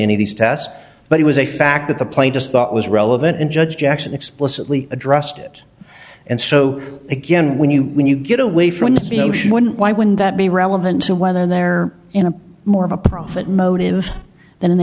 any of these tests but it was a fact that the plaintiff thought was relevant and judge jackson explicitly addressed it and so again when you when you get away from the you know shouldn't why wouldn't that be relevant to whether they're in a more of a profit motive than an